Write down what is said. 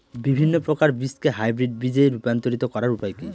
বিভিন্ন প্রকার বীজকে হাইব্রিড বীজ এ রূপান্তরিত করার উপায় কি?